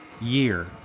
year